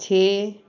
ਛੇ